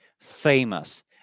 famous